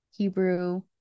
Hebrew